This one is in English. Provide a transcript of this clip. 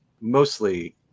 mostly